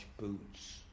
boots